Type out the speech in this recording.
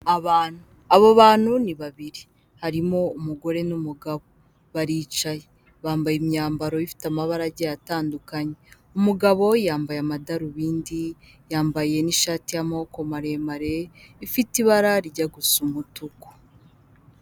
Abantu, abo bantu ni babiri harimo umugore n'umugabo baricaye bambaye imyambaro ifite amabara aagiye atandukanye, umugabo yambaye amadarubindi, yambaye n'ishati y'amaboko maremare ifite ibara rijya gusa umutuku.